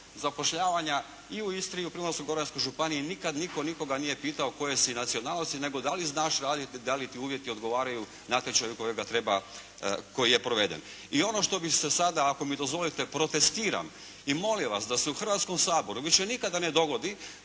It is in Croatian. zapošljavanja i u Istri i u Primorsko-goranskoj županiji nikad nitko nikoga nije pitao koje si nacionalnosti, nego da li znaš raditi, da li ti uvjeti odgovaraju natječaja koji je proveden. I ono što bih se sada ako mi dozvolite protestiram i molim vas da se u Hrvatskom saboru više nikada ne dogodi